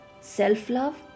Self-love